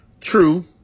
True